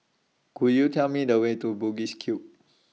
Could YOU Tell Me The Way to Bugis Cube